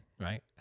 Right